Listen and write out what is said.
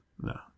No